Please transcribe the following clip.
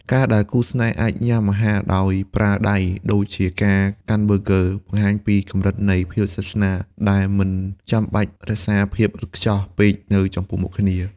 ការដែលគូស្នេហ៍អាចញ៉ាំអាហារដោយប្រើដៃ ដូចជាការកាន់ប៊ឺហ្គឺ បង្ហាញពីកម្រិតនៃភាពស្និទ្ធស្នាលដែលមិនចាំបាច់រក្សាភាពឥតខ្ចោះពេកនៅចំពោះមុខគ្នា។